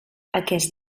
aquest